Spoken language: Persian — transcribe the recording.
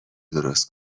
درست